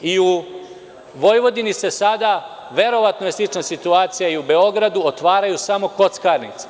U Vojvodini se sada, verovatno je slična situacija i u Beogradu, otvaraju samo kockarnice.